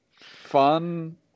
Fun